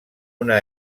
una